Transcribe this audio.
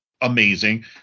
amazing